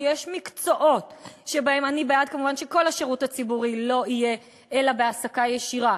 אני כמובן בעד שכל השירות הציבורי לא יהיה אלא בהעסקה ישירה,